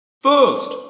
First